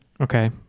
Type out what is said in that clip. okay